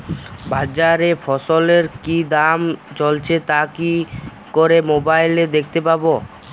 বাজারে ফসলের কি দাম চলছে তা কি করে মোবাইলে দেখতে পাবো?